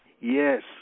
Yes